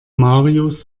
marius